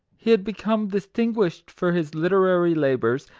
he had become distinguished for his literary labours,